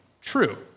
true